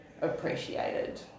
appreciated